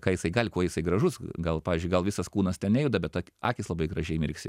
ką jisai gali kuo jisai gražus gal pavyzdžiui gal visas kūnas ten nejuda bet akys labai gražiai mirksi